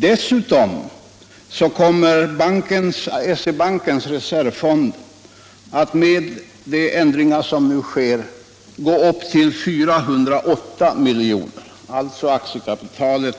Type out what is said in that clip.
Dessutom kommer SE-bankens reservfond med de ändringar som nu sker att uppgå till 408 miljoner. Aktiekapital